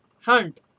hunt